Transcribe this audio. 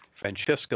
Francesco